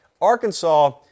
Arkansas